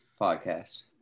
podcast